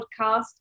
podcast